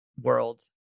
world